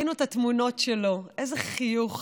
ראינו את התמונות שלו: איזה חיוך,